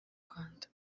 rwanda